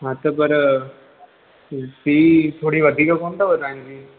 हा त पर फ़ी थोरी वधीक कोन अथव तव्हांजी